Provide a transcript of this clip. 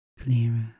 clearer